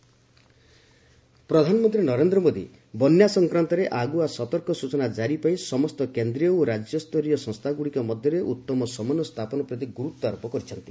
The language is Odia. ପିଏମ୍ ଫ୍ଲଡ୍ ଫୋରକାଷ୍ଟିଂ ପ୍ରଧାନମନ୍ତ୍ରୀ ନରେନ୍ଦ୍ର ମୋଦି ବନ୍ୟା ସଂକ୍ରାନ୍ତରେ ଆଗୁଆ ସତର୍କ ସୂଚନା ଜାରି ପାଇଁ ସମସ୍ତ କେନ୍ଦ୍ରୀୟ ଓ ରାଜ୍ୟସ୍ତରୀୟ ସଂସ୍ଥାଗୁଡ଼ିକ ମଧ୍ୟରେ ଉତ୍ତମ ସମନ୍ୱୟ ସ୍ଥାପନ ପ୍ରତି ଗୁରୁତ୍ୱ ଆରୋପ କରିଛନ୍ତି